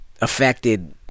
affected